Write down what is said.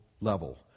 level